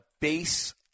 base